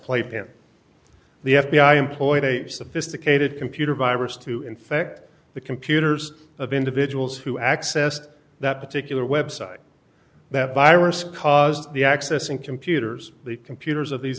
playpen the f b i employed a sophisticated computer virus to infect the computers of individuals who accessed that particular website that virus caused the accessing computers the computers of these